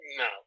no